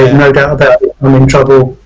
no doubt about it, i'm in trouble,